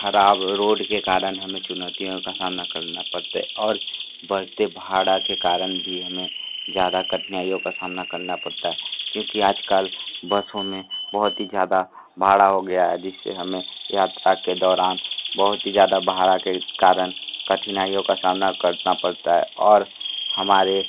हमारे ख़राब रोड के कारण हमें चुनौतियों का सामना करना पड़ते और बढ़ते भाड़ा के कारण भी हमें ज़्यादा कठिनाइयों का सामना करना पड़ता है क्योंकि आजकल बसों में बहुत ही ज़्यादा भाड़ा हो गया है जिससे हमें यात्रा के दौरान बहुत ही ज़्यादा भाड़ा के कारण कठिनाइयों का सामना करना पड़ता है और हमारे